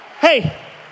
Hey